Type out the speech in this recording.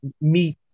meet